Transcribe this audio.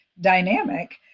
dynamic